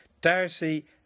Darcy